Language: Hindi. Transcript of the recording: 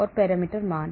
और पैरामीटर मान